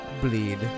bleed